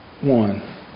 one